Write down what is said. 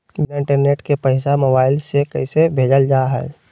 बिना इंटरनेट के पैसा मोबाइल से कैसे भेजल जा है?